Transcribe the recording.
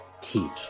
teach